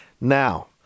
Now